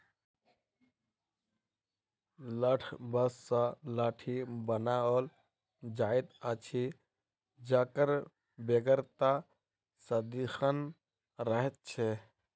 लठबाँस सॅ लाठी बनाओल जाइत अछि जकर बेगरता सदिखन रहैत छै